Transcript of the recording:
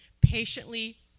patiently